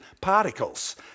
particles